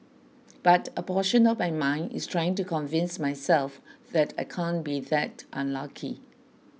but a portion of my mind is trying to convince myself that I can't be that unlucky